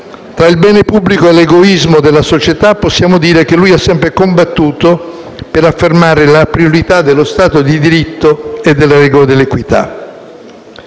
tra il bene pubblico e l'egoismo della società possiamo dire che ha sempre combattuto per affermare la priorità dello Stato di diritto e delle regole dell'equità.